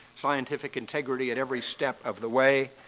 scientific integrity at every step of the way.